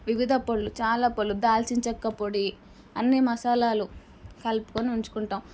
వివిధ పొడులు చాలా పొడులు దాల్చిన చెక్క పొడి అన్ని మసాలాలు కలుపుకొని ఉంచుకుంటాము